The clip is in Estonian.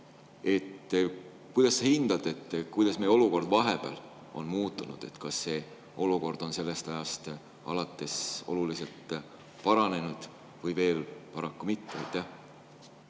Kuidas sa hindad, kuidas olukord vahepeal on muutunud? Kas olukord on sellest ajast alates oluliselt paranenud või veel paraku mitte?